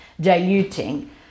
diluting